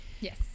Yes